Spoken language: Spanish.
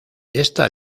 esta